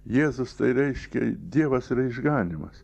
jėzus tai reiškia dievas yra išganymas